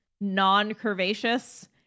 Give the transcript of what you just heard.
non-curvaceous